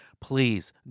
Please